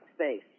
space